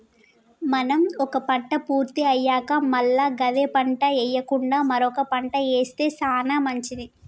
మనం ఒక పంట పూర్తి అయ్యాక మల్ల గదే పంట ఎయ్యకుండా మరొక పంట ఏస్తె సానా మంచిది